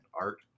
art